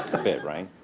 a bit, right?